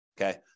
okay